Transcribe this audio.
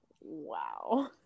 wow